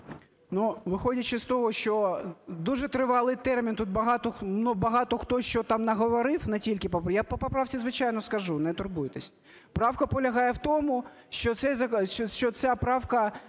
О.В. Виходячи з того, що дуже тривалий термін тут багато хто що там наговорив, не тільки по… я по поправці, звичайно, скажу, не турбуйтесь. Правка полягає в тому, що ця правка,